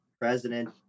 President